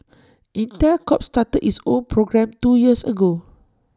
Intel Corp started its own program two years ago